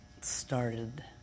started